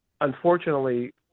unfortunately